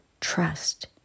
trust